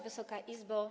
Wysoka Izbo!